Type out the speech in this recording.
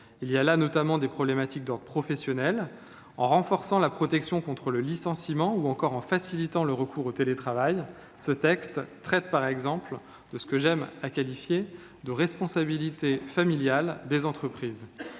ce qui concerne les problématiques d’ordre professionnel, en renforçant la protection contre le licenciement, ou encore en facilitant le recours au télétravail, ce texte traite de ce que j’aime à qualifier de « responsabilité familiale des entreprises